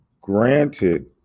granted